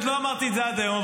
עוד לא אמרתי את זה עד היום.